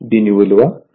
దీని విలువ 0